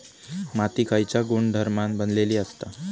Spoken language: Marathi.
माती खयच्या गुणधर्मान बनलेली असता?